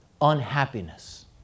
unhappiness